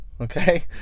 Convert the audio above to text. okay